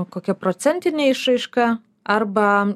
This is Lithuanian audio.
kokia procentinė išraiška arba